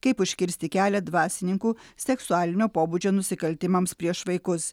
kaip užkirsti kelią dvasininkų seksualinio pobūdžio nusikaltimams prieš vaikus